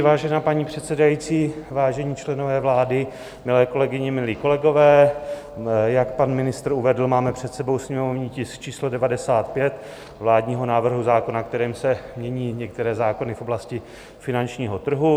Vážená paní předsedající, vážení členové vlády, milé kolegyně, milí kolegové, jak pan ministr uvedl, máme před sebou sněmovní tisk číslo 95 vládního návrhu zákona, kterým se mění některé zákony v oblasti finančního trhu.